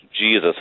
Jesus